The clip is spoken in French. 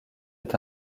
est